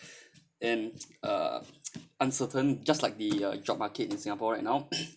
and uh uncertain just like the uh job market in singapore right now